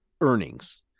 earnings